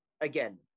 again